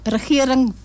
regering